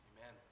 Amen